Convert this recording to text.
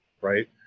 right